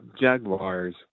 Jaguars